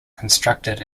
constructed